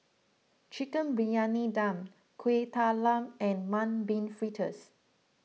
Chicken Briyani Dum Kuih Talam and Mung Bean Fritters